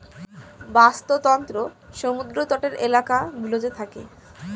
বাস্তুতন্ত্র সমুদ্র তটের এলাকা গুলোতে থাকে